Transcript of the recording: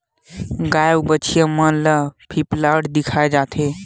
गाय अउ बछिया मन ल फीप्लांट खवाए जाथे